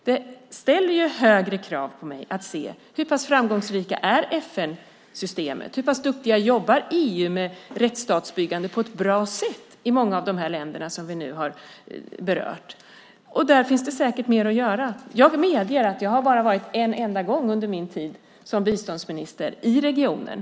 Det ställer högre krav på mig att se hur pass framgångsrikt FN-systemet är och hur pass duktigt EU är på att jobba med rättsstatsbyggande på ett bra sätt i många av de här länderna som vi nu har berört. Där finns det säkert mer att göra. Jag medger att jag under min tid som biståndsminister bara har varit en enda gång i regionen.